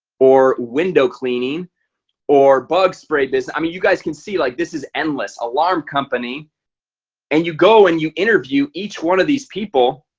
window cleaning or bug spray business i mean you guys can see like this is endless alarm company and you go and you interview each one of these people